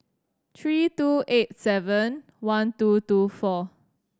three two eight seven one two two four four